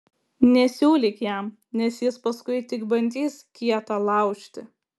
nesiūlyk jam nes jis paskui tik bandys kietą laužti